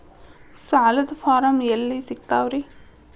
ಸಾಲದ ಫಾರಂ ಎಲ್ಲಿ ಸಿಕ್ತಾವ್ರಿ?